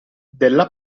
della